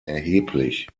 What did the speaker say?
erheblich